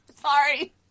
Sorry